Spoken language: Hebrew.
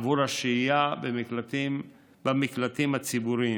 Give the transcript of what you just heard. עבור השהייה במקלטים הציבוריים.